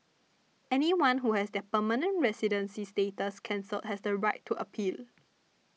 anyone who has their permanent residency status cancelled has the right to appeal